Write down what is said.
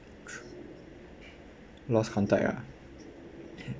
lost contact ah